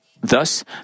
thus